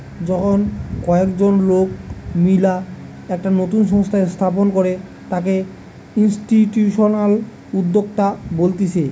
যখন কয়েকজন লোক মিললা একটা নতুন সংস্থা স্থাপন করে তাকে ইনস্টিটিউশনাল উদ্যোক্তা বলতিছে